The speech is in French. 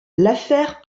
l’affaire